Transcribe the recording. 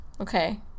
Okay